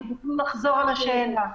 תוכלו לחזור על השאלה?